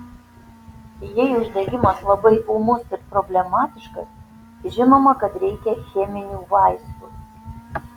jei uždegimas labai ūmus ir problematiškas žinoma kad reikia cheminių vaistų